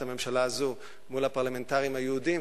הממשלה הזו מול הפרלמנטרים היהודים,